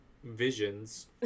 Visions